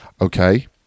Okay